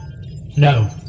No